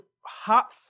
hot